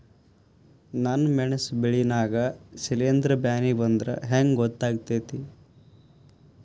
ನನ್ ಮೆಣಸ್ ಬೆಳಿ ನಾಗ ಶಿಲೇಂಧ್ರ ಬ್ಯಾನಿ ಬಂದ್ರ ಹೆಂಗ್ ಗೋತಾಗ್ತೆತಿ?